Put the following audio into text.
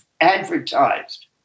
advertised